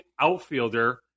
outfielder